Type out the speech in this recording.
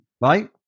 right